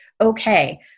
okay